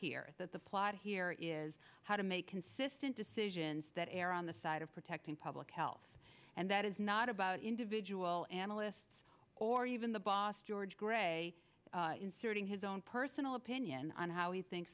here that the plot here is how to make consistent decisions that err on the side of protecting public health and that is not about individual analysts or even the boss george gray inserting his own personal opinion on how he think